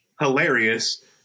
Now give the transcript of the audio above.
hilarious